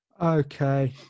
Okay